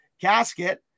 casket